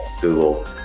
Google